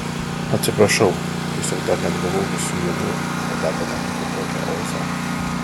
atsiprašau tiesiog dar neatgavau visų jėgų o dar pamatyti tokią ozą